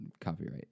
Copyright